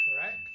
correct